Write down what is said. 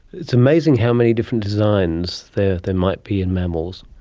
it's amazing how many different designs there there might be in mammals.